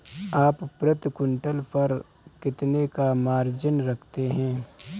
आप प्रति क्विंटल पर कितने का मार्जिन रखते हैं?